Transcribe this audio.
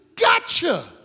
gotcha